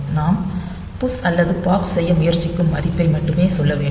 நாம் புஷ் அல்லது பாப் செய்ய முயற்சிக்கும் மதிப்பை மட்டுமே சொல்ல வேண்டும்